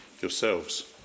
yourselves